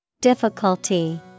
Difficulty